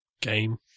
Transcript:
game